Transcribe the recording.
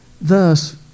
Thus